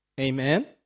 Amen